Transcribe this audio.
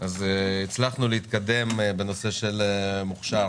הצלחנו להתקדם בנושא של מוכשר